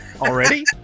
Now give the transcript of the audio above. already